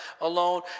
alone